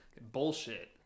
bullshit